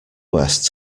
west